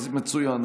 אז מצוין.